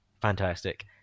fantastic